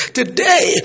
today